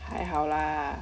还好啦